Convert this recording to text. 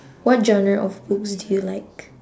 what genre of books do you like